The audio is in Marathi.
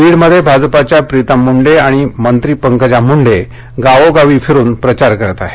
बीडमध्ये भाजपाच्या प्रीतम मुंडे आणि मंत्री पंकजा मुंडे गावोगावी फिरून प्रचार करत आहेत